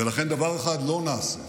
ולכן, דבר אחד לא נעשה: